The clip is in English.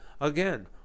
again